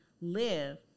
live